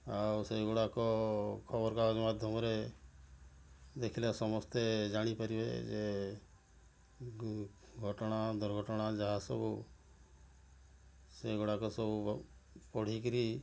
ଆଉ ସେଇ ଗୁଡ଼ାକ ଖବରକାଗଜ ମାଧ୍ୟମରେ ଦେଖିଲେ ସମସ୍ତେ ଜାଣିପାରିବେ ଯେ ଘଟଣା ଦୁର୍ଘଟଣା ଯାହାସବୁ ସେଗୁଡ଼ାକ ସବୁ ପଢ଼ି କରି